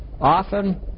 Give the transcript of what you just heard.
often